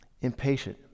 impatient